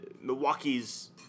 Milwaukee's